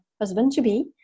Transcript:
husband-to-be